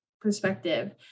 perspective